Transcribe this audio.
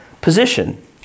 position